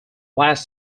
last